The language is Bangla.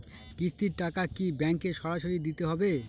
কিস্তির টাকা কি ব্যাঙ্কে সরাসরি দিতে হবে?